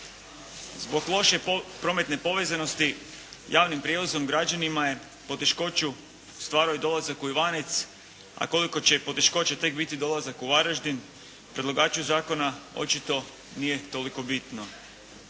Zbog loše prometne povezanosti javnim prijevozom građanima je poteškoće stvaraju dolazak u Ivanec a koliko će poteškoće tek biti s dolaskom u Varaždin, predlagaču zakona očito nije toliko bitno.